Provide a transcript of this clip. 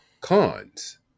cons